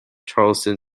charleston